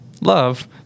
Love